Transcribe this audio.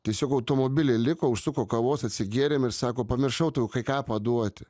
tiesiog automobilyje liko užsuko kavos atsigėrėm ir sako pamiršau tau kai ką paduoti